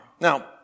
Now